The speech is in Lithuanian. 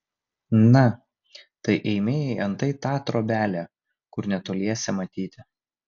na tai eime į antai tą trobelę kur netoliese matyti